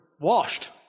washed